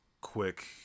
quick